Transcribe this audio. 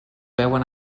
veuen